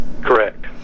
Correct